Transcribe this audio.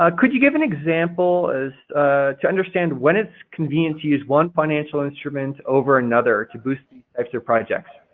ah could you give an example as to understand when it's convenient to use one financial instrument over another to boost these extra projects?